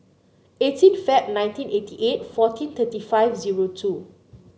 eighteen Feb nineteen eighty eight fourteen thirty five zero two